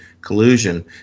collusion